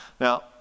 Now